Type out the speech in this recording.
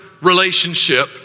relationship